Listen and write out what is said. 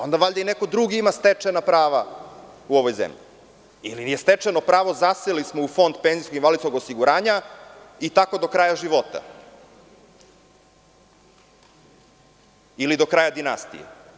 Onda valjda i neko drugi ima stečena prava u ovoj zemlji ili je stečeno pravo - zaseli smo u Fond penzijskog i invalidskog osiguranja i tako do kraja života, ili do kraja dinastije.